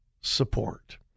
support